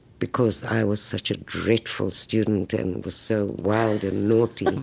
because i was such a dreadful student and was so wild and naughty. and